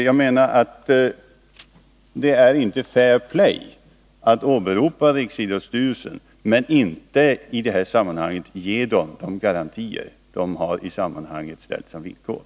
Jag menar att det inte är fair play att åberopa riksidrottsstyrelsen men i detta sammanhang inte ge den de garantier som ställts som villkor.